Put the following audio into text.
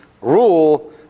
rule